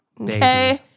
Okay